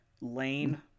lane